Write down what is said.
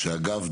שאגב,